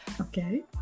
Okay